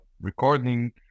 recording